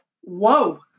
Whoa